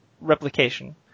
replication